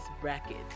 Bracket